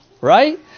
right